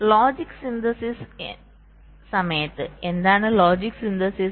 logic synthesis സമയത്ത് എന്താണ് logic synthesis